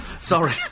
Sorry